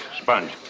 Sponge